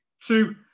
two